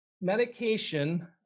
Medication